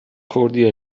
خوردی